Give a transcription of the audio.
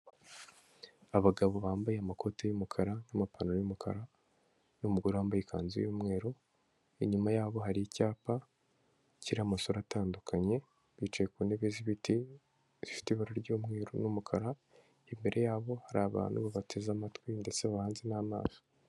Abagabo bambaye amakoti y'umukara n'amapantaro y'umukara n'umugore wambaye ikanzu y'umweru, inyuma yabo hari icyapa kiriho amasura atandukanye, bicaye ku ntebe z'ibiti zifite ibara ry'umweru n'umukara, imbere yabo hari abantu babateze amatwi ndetse bahanze n'amaso.